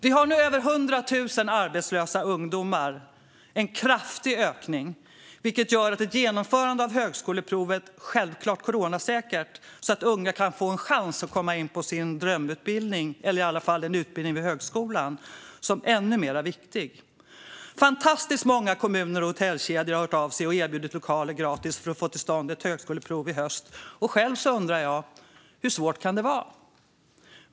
Vi har nu över 100 000 arbetslösa ungdomar. Det är en kraftig ökning, vilket gör ett genomförande - självklart coronasäkert - av högskoleprovet, som kan ge unga en chans att komma in på sin drömutbildning eller i alla fall någon utbildning vid högskolan, ännu viktigare. Fantastiskt många kommuner och hotellkedjor har hört av sig och erbjudit gratis lokaler för att få till stånd ett högskoleprov i höst. Själv undrar jag hur svårt det kan vara.